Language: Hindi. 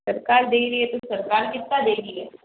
सरकार दे रही है तो सरकार कितना दे रही है